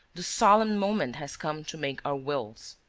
the solemn moment has come to make our wills.